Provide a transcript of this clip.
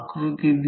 5 8